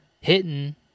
hitting